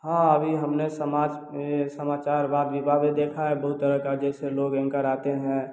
हाँ अभी हमने ये समाचार वाद विवाद देखा है बहुत तरह के जैसे लोग एंकर आते हैं